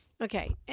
Okay